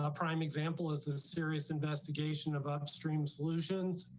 ah prime example is the serious investigation of upstream solutions.